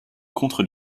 contre